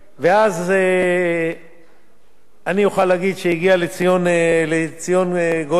ואז אני אוכל להגיד שהגיע לציון גואל.